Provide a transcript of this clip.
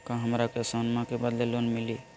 का हमरा के सोना के बदले लोन मिलि?